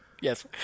Yes